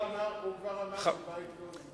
הוא כבר אמר כשבאה ההתמודדות.